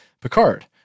Picard